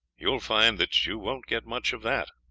you will find that you won't get much of that,